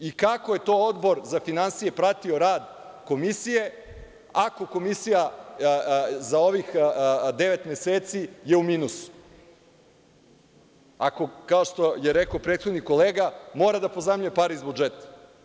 I kako je to Odbor za finansije pratio rad Komisije ako je komisija za ovih devet meseci u minusu, ako, kao što je rekao prethodni kolega, mora da pozajmljuje pare iz budžeta?